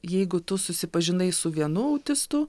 jeigu tu susipažinai su vienu autistu